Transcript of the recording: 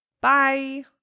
Bye